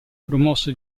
promosso